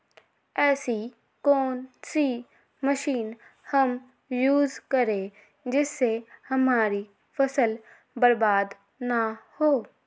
ऐसी कौन सी मशीन हम यूज करें जिससे हमारी फसल बर्बाद ना हो?